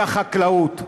היא החקלאות.